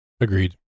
Agreed